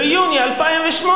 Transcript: ביוני 2008,